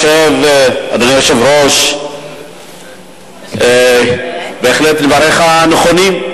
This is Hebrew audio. אדוני היושב-ראש, בהחלט דבריך נכונים.